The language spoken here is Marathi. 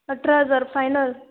अठरा हजार फायनल